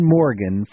Morgan